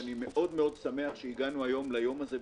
ואני מאוד מאוד שמח שהגענו ליום הזה בכנסת.